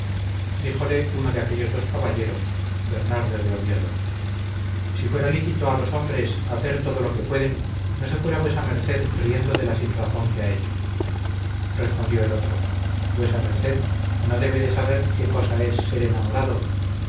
díjole uno de aquellos dos caballeros bernardo de oviedo si fuera licito a los hombres hacer todo lo que pueden no se fuera vuesa merced riendo de la sinrazón que ha hecho respondió el otro vuesa merced no debe de saber qué cosa es ser enamorado